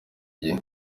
gihe